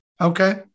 Okay